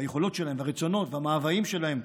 והיכולות שלהם והרצונות והמאוויים שלהם.